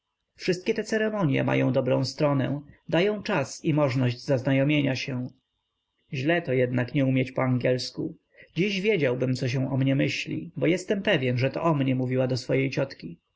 wszystkie te ceremonie mają dobrą stronę dają czas i możność zaznajomienia się źle to jednak nie umieć poangielsku dziś wiedziałbym co o mnie myśli bo jestem pewny że o mnie mówiła do swej ciotki